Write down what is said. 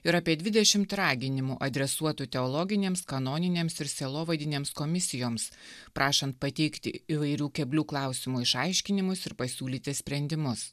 ir apie dvidešimt raginimų adresuotų teologinėms kanoninėms ir sielovadinėms komisijoms prašant pateikti įvairių keblių klausimų išaiškinimus ir pasiūlyti sprendimus